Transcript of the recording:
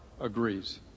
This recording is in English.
agrees